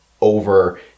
over